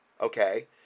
okay